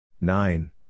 nine